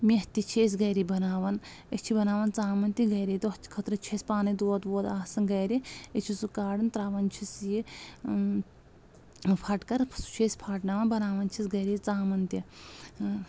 math تہِ چھِ أسۍ گرِ بناوان أسۍ چھِ بناوان ژامَن تہِ گرِ تتھ خٲطرٕ چھِ أسۍ پانے دۄد وود آسان گرِ أسۍ چھِ سُہ کاران تراوان چھِس یہِ پھٹکر سُہ چھُ أسۍ پھاٹناوان بناوان چھِس گرے ژامَن تہِ